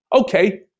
Okay